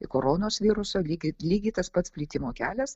koronos viruso lygiai lygiai tas pats plitimo kelias